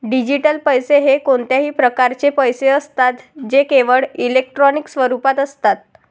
digital पैसे हे कोणत्याही प्रकारचे पैसे असतात जे केवळ इलेक्ट्रॉनिक स्वरूपात असतात